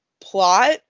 plot